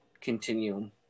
continue